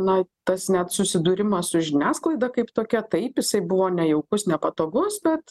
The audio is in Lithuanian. na tas net susidūrimas su žiniasklaida kaip tokia taip jisai buvo nejaukus nepatogus bet